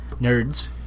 Nerds